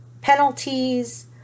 penalties